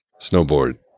snowboard